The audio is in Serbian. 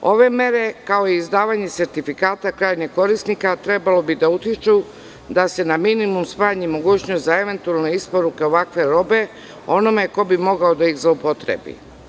Ove mere kao izdavanje sertifikata krajnjeg korisnika trebalo bi da utiču da se na minimum smanji mogućnost za eventualne isporuke ovakve robe onome ko bi mogao da ih zloupotrebi.